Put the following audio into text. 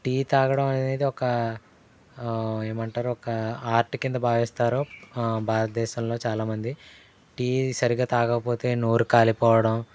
tea తాగడం అనేది ఒక ఏమంటారు ఒక ఆర్ట్ కింద భావిస్తారు భారతదేశంలో చాలా మంది టీ సరిగా తాగకపోతే నోరు కాలిపోవడం